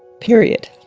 period